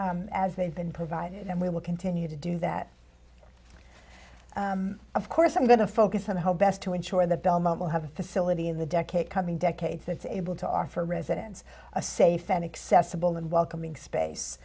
as they've been provided and we will continue to do that of course i'm going to focus on how best to ensure the belmont will have a facility in the decade coming decades that's able to offer residents a safe and accessible and welcoming space